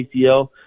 ACL